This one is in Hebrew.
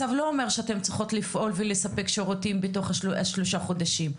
הצו לא אומר שאתן צריכות לפעול ולספק שירותים בתוך השלושה חודשים.